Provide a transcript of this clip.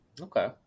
Okay